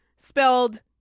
Spelled